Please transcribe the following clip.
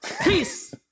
Peace